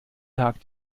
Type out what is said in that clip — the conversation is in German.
tag